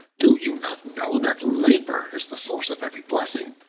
do you not know that labor is the source of every blessing,